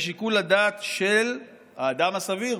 בשיקול הדעת של האדם הסביר.